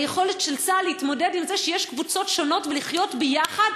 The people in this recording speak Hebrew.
היכולת של צה"ל להתמודד עם זה שיש קבוצות שונות ולחיות יחד,